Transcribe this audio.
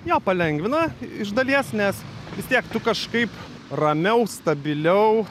jo palengvina iš dalies nes vis tiek tu kažkaip ramiau stabiliau